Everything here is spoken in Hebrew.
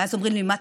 ואז אומרים לי: מה,